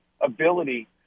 ability